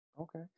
okay